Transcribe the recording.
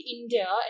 India